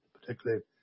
particularly